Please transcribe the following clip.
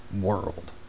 world